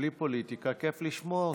בלי פוליטיקה כיף לשמוע אותו.